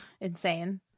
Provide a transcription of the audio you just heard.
Insane